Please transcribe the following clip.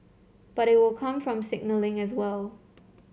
but it will come from signalling as well